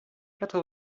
quatre